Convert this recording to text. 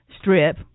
strip